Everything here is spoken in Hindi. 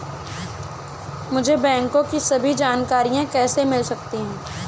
मुझे बैंकों की सभी जानकारियाँ कैसे मिल सकती हैं?